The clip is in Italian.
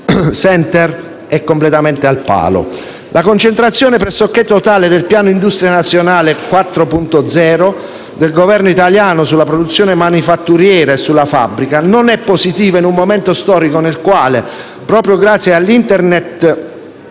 poco o nulla si è mosso. La concentrazione pressoché totale del piano nazionale Industria 4.0 del Governo italiano sulla produzione manifatturiera e sulla fabbrica non è positiva in un momento storico nel quale, proprio grazie all'Internet